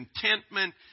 contentment